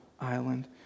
Island